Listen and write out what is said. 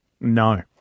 No